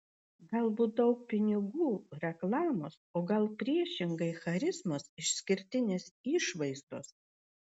galbūt daug pinigų reklamos o gal priešingai charizmos išskirtinės išvaizdos